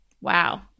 Wow